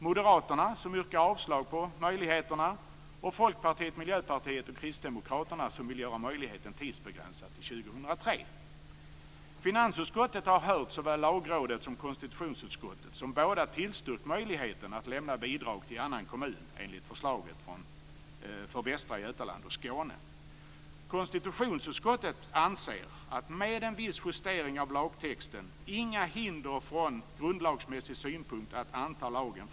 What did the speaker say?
Moderaterna yrkar avslag på dessa möjligheter, och fp, mp och kd vill göra möjligheten tidsbegränsad till år 2003. Finansutskottet har hört såväl Lagrådet som konstitutionsutskottet, som båda tillstyrkt möjligheten att lämna bidrag till annan kommun enligt förslaget för Västra Götaland och Skåne. Konstitutionsutskottet anser att det efter en viss justering av lagtexten inte föreligger några hinder från grundlagsmässig synpunkt att anta lagen.